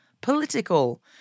political